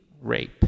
rape